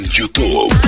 YouTube